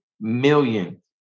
million